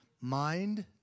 Mind